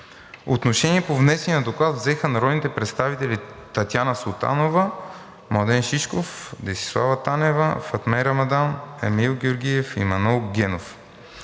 Отношение по внесения доклад взеха народните представители Татяна Султанова, Младен Шишков, Десислава Танева, Фатме Рамадан, Емил Георгиев и Манол Генов.